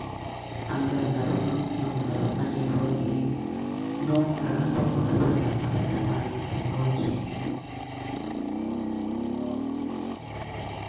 ꯆꯥꯡꯗꯝꯅꯕ ꯉꯝꯗꯕ ꯃꯅꯤꯄꯨꯔꯒꯤ ꯂꯣꯟꯒ ꯑꯇꯣꯞꯄꯒ ꯆꯥꯡꯗꯝꯅꯕꯗ ꯃꯅꯤꯄꯨꯔꯤ ꯂꯣꯟꯁꯦ